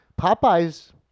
Popeye's